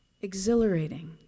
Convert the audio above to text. exhilarating